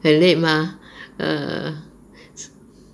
很 late mah err